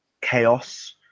Chaos